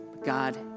God